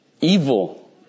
evil